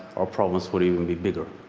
our problems would even be bigger.